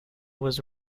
was